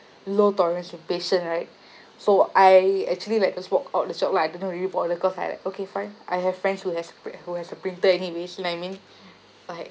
low tolerance with patience right so I actually like just walk out of the shop lah I do not really bother cause I like okay fine I have friends who has who has a printer anyways you know what I mean like